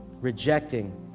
rejecting